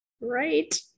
right